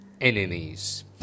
enemies